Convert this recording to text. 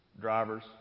drivers